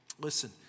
Listen